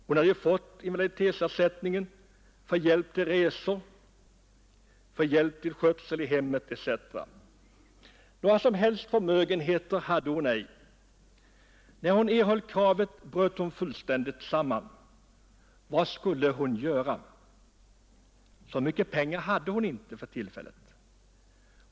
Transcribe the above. Hon hade ju fått invaliditetsersättningen som bidrag till resor, hjälp i hemmet etc. Någon som helst förmögenhet hade hon ej. När hon erhöll kravet bröt hon fullständigt samman. Vad skulle hon göra? Så mycket pengar hade hon inte för tillfället.